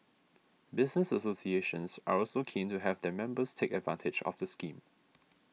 business associations are also keen to have their members take advantage of the scheme